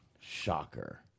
Shocker